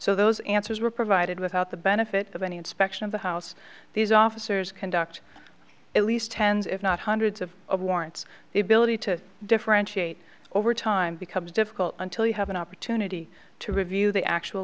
so those answers were provided without the benefit of any inspection of the house these officers conduct at least tens if not hundreds of of warrants the ability to differentiate over time becomes difficult until you have an opportunity to review the actual